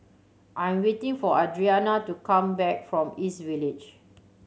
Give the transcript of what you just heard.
I am waiting for Adriana to come back from East Village